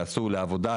שנסעו לעבודה,